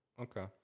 Okay